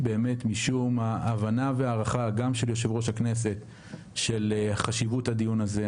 משום ההבנה והערכה של חשיבות הדיון הזה,